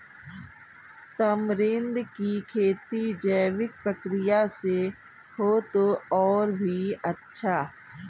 tamarind की खेती जैविक प्रक्रिया से हो तो और भी अच्छा